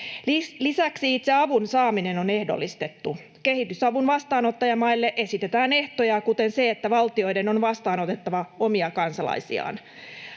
Lisäksi itse avun saaminen on ehdollistettu. Kehitysavun vastaanottajamaille esitetään ehtoja, kuten se, että valtioiden on vastaanotettava omia kansalaisiaan.